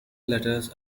letters